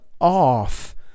off